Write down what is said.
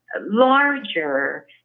larger